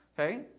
Okay